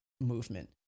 movement